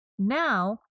Now